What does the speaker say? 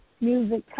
music